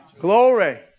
Glory